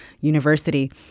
university